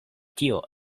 tio